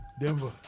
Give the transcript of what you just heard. Denver